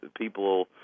people